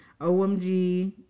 OMG